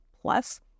plus